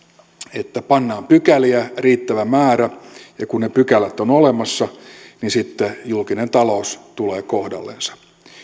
että pannaan pykäliä riittävä määrä ja kun ne pykälät ovat olemassa niin sitten julkinen talous tulee kohdallensa